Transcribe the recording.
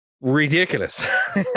ridiculous